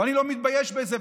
ואני לא מתבייש בזה.